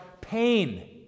pain